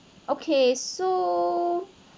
okay so